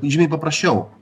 žymiai paprasčiau